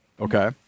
Okay